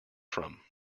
from